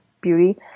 beauty